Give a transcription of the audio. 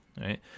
right